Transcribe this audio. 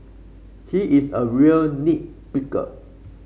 he is a real picker